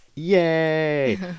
Yay